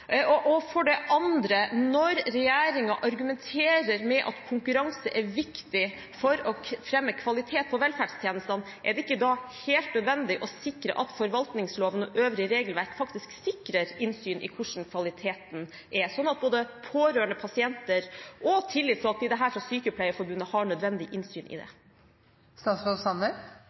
For det andre: Når regjeringen argumenterer med at konkurranse er viktig for å fremme kvalitet på velferdstjenestene, er det ikke da helt nødvendig å sikre at forvaltningsloven og øvrig regelverk faktisk sikrer innsyn i hvordan kvaliteten er, sånn at både pårørende, pasienter og tillitsvalgte – her fra Sykepleierforbundet – har nødvendig innsyn i